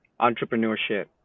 entrepreneurship